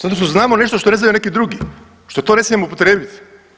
Zato što znamo nešto što ne znaju neki drugi, što to ne smijemo upotrijebiti.